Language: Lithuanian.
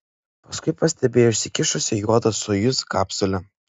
paskui pastebėjo išsikišusią juodą sojuz kapsulę